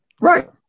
Right